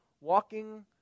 Walking